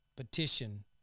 Petition